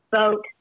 vote